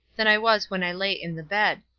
than i was when i lay in the bed.